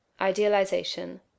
idealization